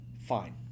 fine